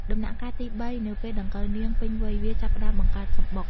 ដំណាក់កាលទី៣ នៅពេលដង្កូវនាងពេញវ័យ វាចាប់ផ្តើមបង្កើតសំបុក។